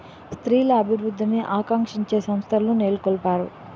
స్త్రీల అభివృద్ధిని ఆకాంక్షించే సంస్థలు నెలకొల్పారు